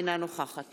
אינה נוכחת